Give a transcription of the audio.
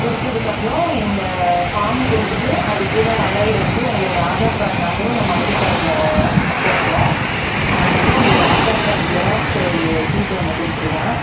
கொடுத்ததுக்கப்றோம் இந்த ஃபார்ம் கொடுத்துட்டு அதுக்கூட அலைட் வந்து உங்களோட ஆதார் கார்ட் நம்பரும் நம்ம ஐடி கார்ட்ல போடுறோம் அதனால உங்களோட ஆதார் கார்ட் ஜெராக்ஸ் ஒரு ஷீட் ஒன்று கொடுத்துருங்க